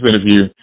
interview